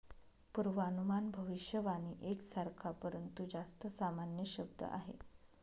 पूर्वानुमान भविष्यवाणी एक सारखा, परंतु जास्त सामान्य शब्द आहे